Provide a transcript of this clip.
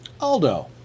Aldo